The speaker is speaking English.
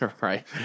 right